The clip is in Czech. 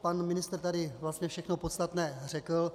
Pan ministr tady vlastně všechno podstatné řekl.